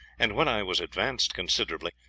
and when i was advanced considerably,